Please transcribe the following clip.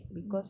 mm